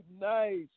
Nice